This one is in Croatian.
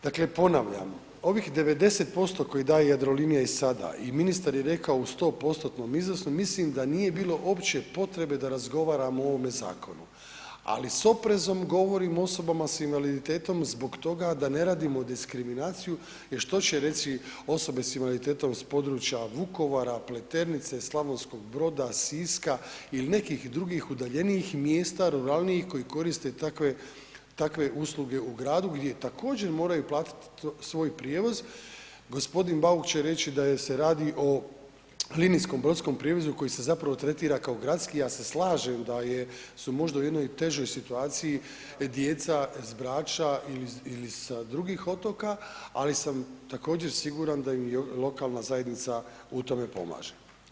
Dakle ponavljam, ovih 90% koji daje Jadrolinija i sada i ministar je rekao u 100%-tnom iznosu, mislim da nije bilo uopće potrebe da razgovaramo o ovome zakonu, ali s oprezom govorim o osobama s invaliditetom zbog toga da ne radimo diskriminaciju jer što će reći osobe s invaliditetom s područja Vukovara, Pleternice, Slavonskog Broda, Siska il nekih drugih udaljenijih mjesta, ruralnijih koji koriste takve usluge u gradu gdje također moraju platit svoj prijevoz, g. Bauk će reći da se radi o linijskom brodskom prijevozu koji se zapravo tretira kao gradski, ja se slažem da su možda u jednoj težoj situaciji djeca s Brača ili sa drugih otoka, ali sam također siguran da im i lokalna zajednica u tome pomaže.